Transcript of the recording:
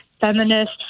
feminist